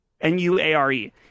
N-U-A-R-E